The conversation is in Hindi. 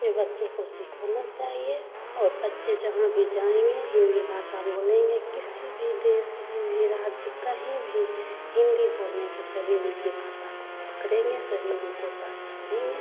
अपने बच्चे को सिखाना चाहिए और बच्चे जहाँ भी जाएँगे हिन्दी भाषा बोलेंगे किसी भी देश किसी भी राज्य कहीं भी हिन्दी बोलने से सभी उनकी भाषा को पकड़ेंगे सभी उनको पहचानेंगे